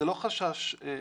זה לא חשש בעלמא.